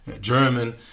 German